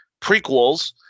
prequels